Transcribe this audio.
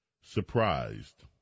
surprised